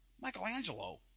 Michelangelo